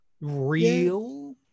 real